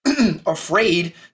afraid